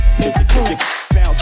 bounce